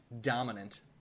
dominant